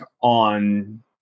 on